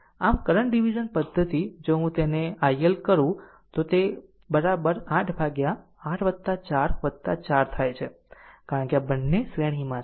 આમ current division પદ્ધતિ જો હું તેને iL કરું તો તે બરાબર 8 ભાગ્યા 8 4 4 થાય છે કારણ કે આ બંને શ્રેણીમાં છે